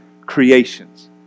creations